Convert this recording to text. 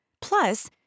Plus